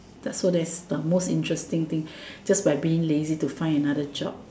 the so that's the most interesting thing just by being lazy to find another job